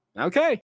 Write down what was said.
Okay